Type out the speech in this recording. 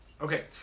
Okay